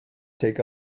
take